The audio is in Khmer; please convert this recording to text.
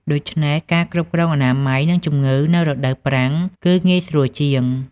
ដូច្នេះការគ្រប់គ្រងអនាម័យនិងជំងឺនៅរដូវប្រាំងគឺងាយស្រួលជាង។